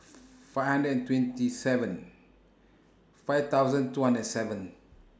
five hundred and twenty seven five thousand two hundred seven